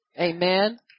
amen